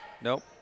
Nope